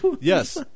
Yes